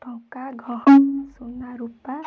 ଟଙ୍କା ଗହଣା ସୁନା ରୂପା